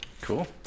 Cool